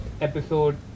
episode